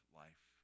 life